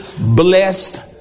blessed